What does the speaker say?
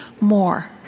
More